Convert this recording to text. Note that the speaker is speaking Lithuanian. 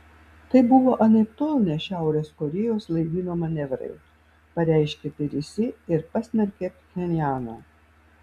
tai buvo anaiptol ne šiaurės korėjos laivyno manevrai pareiškė perisi ir pasmerkė pchenjaną